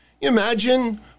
imagine